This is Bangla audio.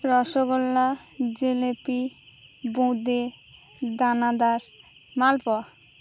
রসগোল্লা জিলেপি বোঁদে দানাদার মালপোয়া